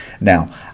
Now